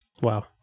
Wow